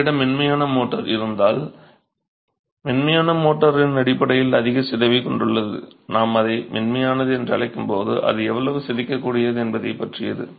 உங்களிடம் மென்மையான மோர்டார் இருந்தால் மென்மையான மோர்டார் அடிப்படையில் அதிக சிதைவைக் கொண்டுள்ளது நாம் அதை மென்மையானது என்று அழைக்கும்போது அது எவ்வளவு சிதைக்கக்கூடியது என்பதைப் பற்றியது